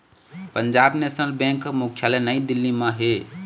Punjab national bank मुख्यालय नई दिल्ली म हे